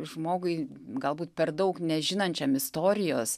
žmogui galbūt per daug nežinančiam istorijos